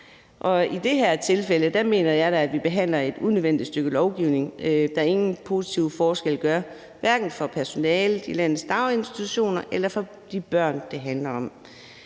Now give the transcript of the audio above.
i det her tilfælde mener jeg da, at vi behandler et unødvendigt stykke lovgivning, der ingen positiv forskel gør, hverken for personalet i landets daginstitutioner eller for de børn, det handler om.